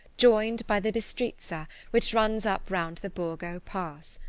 joined by the bistritza which runs up round the borgo pass.